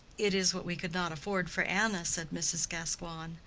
it is what we could not afford for anna, said mrs. gascoigne.